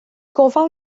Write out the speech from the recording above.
gofal